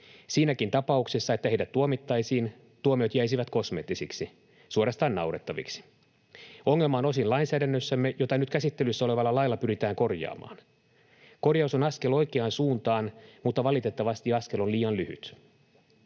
Siinäkin tapauksessa, että heidät tuomittaisiin, tuomiot jäisivät kosmeettisiksi, suorastaan naurettaviksi. Ongelma on osin lainsäädännössämme, jota nyt käsittelyssä olevalla lailla pyritään korjaamaan. Korjaus on askel oikeaan suuntaan, mutta valitettavasti askel on liian lyhyt.